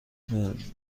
مثل